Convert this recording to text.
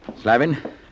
Slavin